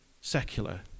secular